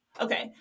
Okay